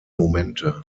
momente